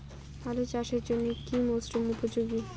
আলু চাষের জন্য কি মরসুম উপযোগী?